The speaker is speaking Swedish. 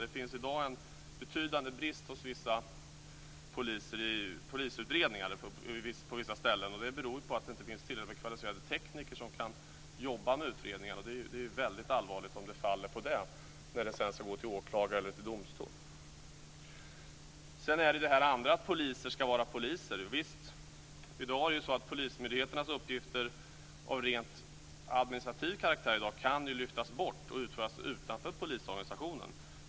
Det finns i dag en betydande brist i polisutredningarna på vissa ställen. Det beror på att det inte finns tillräckligt med kvalificerade tekniker som kan jobba med utredningarna. Det är väldigt allvarligt om det faller på det när det sedan ska gå till åklagare eller domstol. Sedan är det detta att poliser ska vara poliser. Visst är det så. I dag är det ju så att polismyndigheternas uppgifter av rent administrativ karaktär kan lyftas bort och utföras utanför polisorganisationen.